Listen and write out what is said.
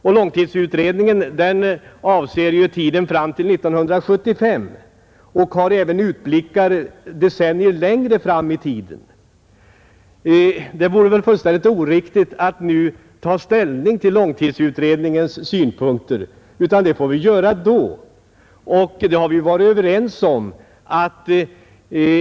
Denna utredning avser åren fram till 1975, men det görs även utblickar decennier längre fram i tiden. Det vore fullständigt oriktigt att nu ta ställning till långtidsutredningens synpunkter, utan det får vi göra senare; det har vi varit överens om.